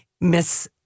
Miss